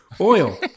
Oil